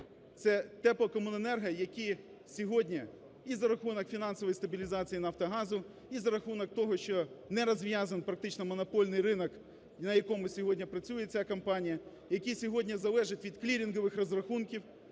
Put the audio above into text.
Це теплокомуненерго, які сьогодні і за рахунок фінансової стабілізації "Нафтогазу", і за рахунок того, що не розв'язан практично монопольний ринок, на якому сьогодні працює ця компанія, який сьогодні залежить від клірингових розрахунків,